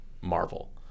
Marvel